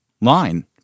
line